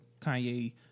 Kanye